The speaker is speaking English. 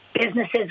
Businesses